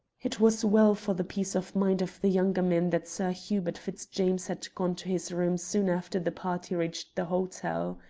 it was well for the peace of mind of the younger men that sir hubert fitzjames had gone to his room soon after the party reached the hotel.